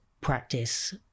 practice